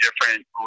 different